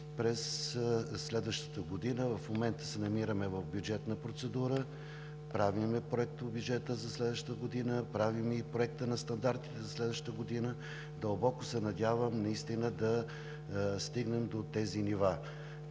през следващата година. В момента се намираме в бюджетна процедура. Правим Проектобюджета за следващата година. Правим и Проекта на стандартите за следващата година. Дълбоко се надявам наистина да стигнем до тези нива.